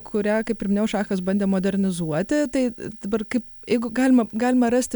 kurią kaip ir minėjau šachas bandė modernizuoti tai dabar kaip jeigu galima galima rasti